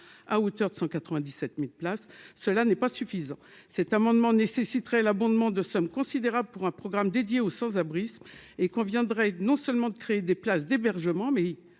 à hauteur de 197000 places, cela n'est pas suffisant, cet amendement nécessiterait l'abondement de sommes considérables pour un programme dédié aux sans-abrisme et conviendrait non seulement de créer des places d'hébergement mais